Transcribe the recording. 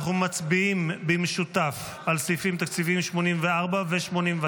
אנחנו מצביעים במשותף על סעיפים תקציביים 84 ו-89,